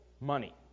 money